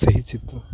ସେହି ଚିତ୍ର